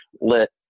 lit